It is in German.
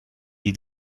die